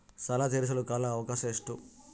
ಸಾಲ ತೇರಿಸಲು ಕಾಲ ಅವಕಾಶ ಎಷ್ಟು?